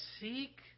seek